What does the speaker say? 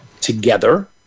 together